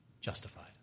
justified